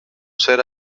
cert